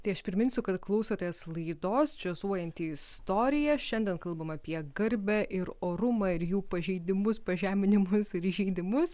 tai aš priminsiu kad klausotės laidos džiazuojanti istorija šiandien kalbam apie garbę ir orumą ir jų pažeidimus pažeminimus ir įžeidimus